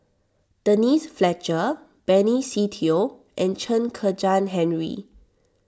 Denise Fletcher Benny Se Teo and Chen Kezhan Henri